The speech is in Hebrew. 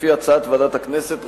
לפי הצעת ועדת הכנסת,